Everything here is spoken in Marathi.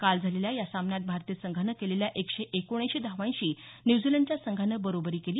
काल झालेल्या या सामन्यात भारतीय संघानं केलेल्या एकशे एकोणऐंशी धावांशी न्यूझीलंडच्या संघानं बरोबरी केली